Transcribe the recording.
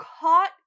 caught